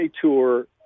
tour